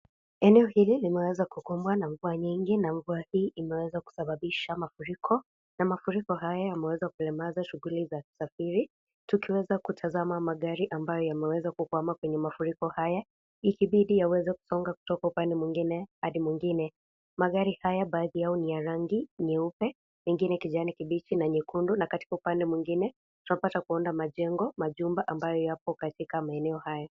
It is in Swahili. Eneo hili limeweza kukumbwa na mvua nyingine. Na mvua hii imeweza kusababisha mafuriko. Na mafuriko haya yameweza kulemaza shughuli za usafiri. Tukiweza kutazama magari ambayo yameweza kukwama kwenye mafuriko haya ikibidi yaweze kusonga kutoka upande mwingine hadi upande mwingine. Magari haya baadhi yao ni ya rangi nyeupe, yengine kijana kibichi na nyekundu. Na katika upande mwingine tunapata kuona majengo majumba ambayo yapo katika maeneo hayo.